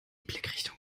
blickrichtung